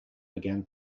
began